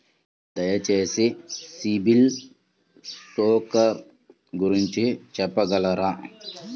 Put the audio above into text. దయచేసి సిబిల్ స్కోర్ గురించి చెప్పగలరా?